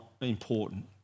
important